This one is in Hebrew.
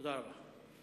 תודה רבה.